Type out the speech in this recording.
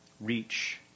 reach